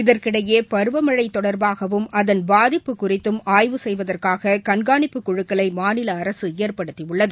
இதற்கிடையே பருவமழை தொடர்பாகவும் அதன் பாதிப்பு குறித்தும் ஆய்வு செய்வதற்காக கண்காணிப்புக்குழுக்களை மாநில அரசு ஏற்படுத்தியுள்ளது